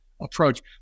approach